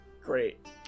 Great